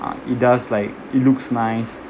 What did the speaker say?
uh it does like it looks nice